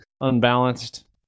unbalanced